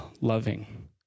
loving